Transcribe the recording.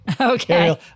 Okay